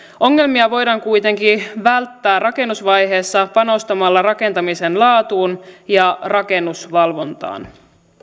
ongelmia voidaan kuitenkin välttää rakennusvaiheessa panostamalla rakentamisen laatuun ja rakennusvalvontaan